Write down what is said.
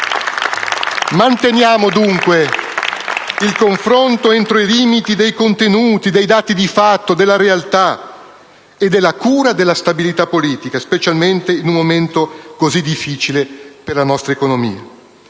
Manteniamo dunque il confronto entro i limiti dei contenuti, dei dati di fatto, della realtà e della cura della stabilità politica, specialmente in un momento così difficile per la nostra economia.